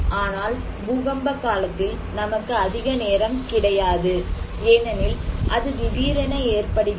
ஆனால் பூகம்ப காலத்தில் நமக்கு அதிக நேரம் கிடையாது ஏனெனில் அது திடீரென ஏற்படுகிறது